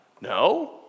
no